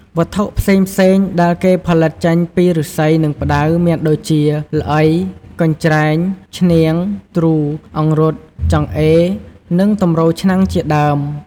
វត្ថុផ្សេងៗដែលគេផលិតចេញពីឬស្សីនិងផ្តៅមានដូចជា ល្អី កញ្ច្រែង ឈ្នាង ទ្រូ អង្រុត ចង្អេរ និងទម្រឆ្នាំងជាដើម។